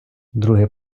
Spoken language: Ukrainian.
друге